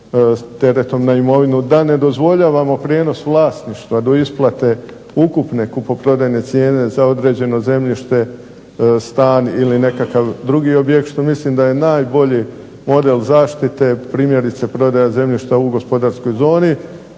teretom na imovinu da ne dozvoljavamo prijenos vlasništva do isplate ukupne kupoprodajne cijene za određeno zemljište, stan ili nekakav drugi objekt, što mislim da je najbolji model zaštite primjerice prodaja zemljišta u gospodarskoj zoni,